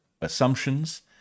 assumptions